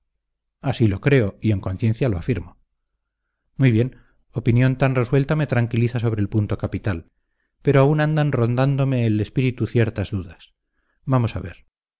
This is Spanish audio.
así lo creo y en conciencia lo afirmo muy bien opinión tan resuelta me tranquiliza sobre el punto capital pero aún andan rondándome el espíritu ciertas dudas vamos a ver